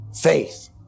faith